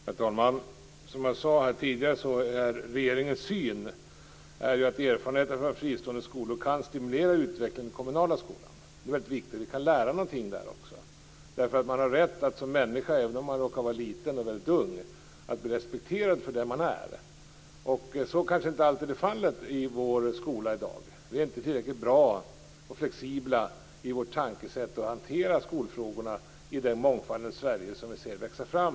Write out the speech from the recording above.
Herr talman! Som jag sade tidigare är regeringens syn att erfarenheter från fristående skolor kan stimulera utvecklingen av den kommunala skolan. Vi kan lära någonting. Även om man är liten och ung har man rätt att bli respekterad som den människa man är, och det är kanske inte alltid fallet i vår skola i dag. Vi är inte tillräckligt bra och flexibla i vårt sätt att hantera skolfrågorna i det mångfaldens Sverige som vi ser växa fram.